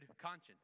conscience